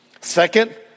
Second